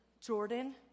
Jordan